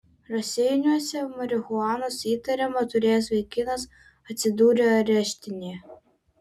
raseiniuose marihuanos įtariama turėjęs vaikinas atsidūrė areštinėje